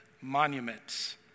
monuments